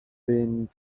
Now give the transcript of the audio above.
been